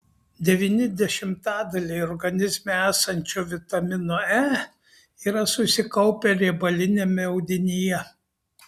devyni dešimtadaliai organizme esančio vitamino e yra susikaupę riebaliniame audinyje